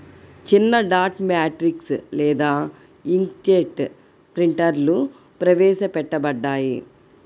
చిన్నడాట్ మ్యాట్రిక్స్ లేదా ఇంక్జెట్ ప్రింటర్లుప్రవేశపెట్టబడ్డాయి